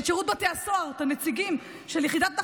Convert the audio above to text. את שירות בתי הסוהר, את הנציגים של יחידת נחשון: